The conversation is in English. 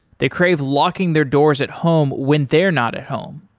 they crave locking their doors at home when they're not at home.